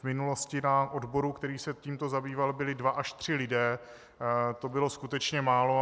V minulosti na odboru, který se tímto zabýval, byli dva až tři lidé, to bylo skutečně málo.